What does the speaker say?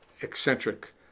eccentric